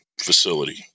facility